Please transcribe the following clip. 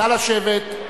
נא לשבת.